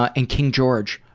and king george.